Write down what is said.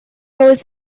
oedd